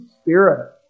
spirit